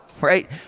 right